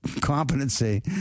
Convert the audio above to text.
competency